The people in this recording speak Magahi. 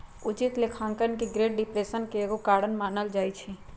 उचित दाम लेखांकन के ग्रेट डिप्रेशन के एगो कारण मानल जाइ छइ